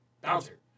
bouncer